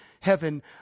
heaven